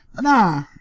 Nah